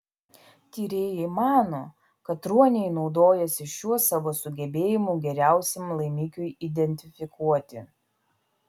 tyrėjai mano kad ruoniai naudojasi šiuo savo sugebėjimu geriausiam laimikiui identifikuoti